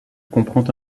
comprend